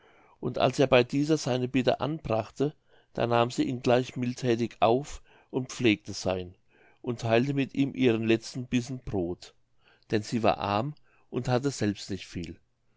und als er bei dieser seine bitte anbrachte da nahm sie ihn gleich mildthätig auf und pflegte sein und theilte mit ihm ihren letzten bissen brod denn sie war arm und hatte selbst nicht viel